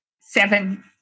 seven